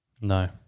No